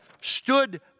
stood